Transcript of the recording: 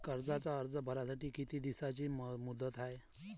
कर्जाचा अर्ज भरासाठी किती दिसाची मुदत हाय?